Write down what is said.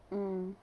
mm